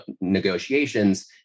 negotiations